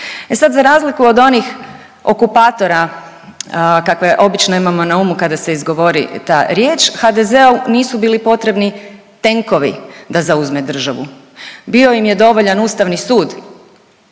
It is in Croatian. E sad za razliku od onih okupatora kakve obično imamo na umu kada se izgovori ta riječ, HDZ-u nisu bili potrebni tenkovi da zauzme državu. Bio im je dovoljan Ustavni sud.